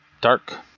dark